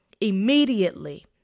Immediately